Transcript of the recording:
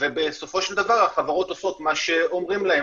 ובסופו של דבר החברות עושות מה שאומרים להן